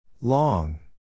Long